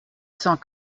cent